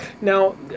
Now